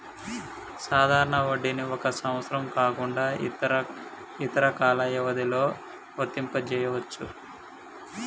సాధారణ వడ్డీని ఒక సంవత్సరం కాకుండా ఇతర కాల వ్యవధిలో వర్తింపజెయ్యొచ్చు